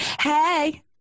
Hey